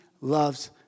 loves